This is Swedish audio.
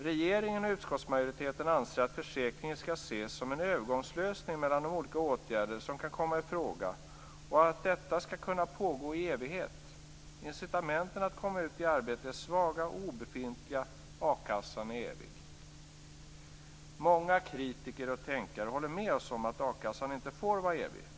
Regeringen och utskottsmajoriteten anser att försäkringen skall ses som en övergångslösning mellan de olika åtgärder som kan komma i fråga och att detta skall kunna pågå i evighet. Incitamenten att komma ut i arbete är svaga eller obefintliga. A-kassan är evig. Många kritiker och tänkare håller med oss om att a-kassan inte får vara evig.